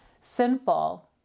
sinful